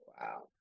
Wow